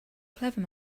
clever